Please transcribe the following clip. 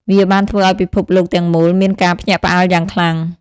វាបានធ្វើឲ្យពិភពលោកទាំងមូលមានការភ្ញាក់ផ្អើលយ៉ាងខ្លាំង។